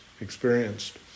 experienced